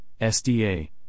SDA